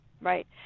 right